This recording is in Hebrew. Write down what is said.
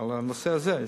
על הנושא הזה.